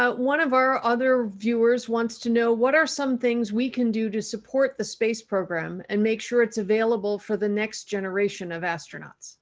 ah one of our other viewers wants to know, what are some things we can do to support the space program and make sure it's available for the next generation of astronauts